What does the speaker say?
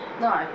No